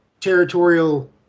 territorial